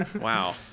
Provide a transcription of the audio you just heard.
wow